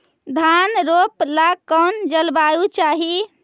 धान रोप ला कौन जलवायु चाही?